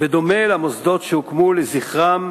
בדומה למוסדות שהוקמו לזכרם